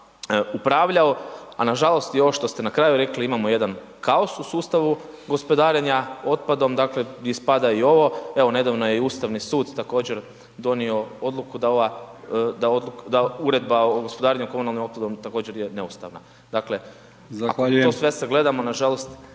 upravljao a nažalost i ovo što ste na kraju rekli, imamo jedan kaos u sustavu gospodarenja otpadom dakle gdje spada i ovo, evo nedavno je Ustavni sud također donio odluku da uredba o gospodarenju komunalnim otpadom također je neustavna. Dakle kad to sve sagledamo, nažalost